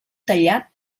tallat